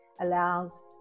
allows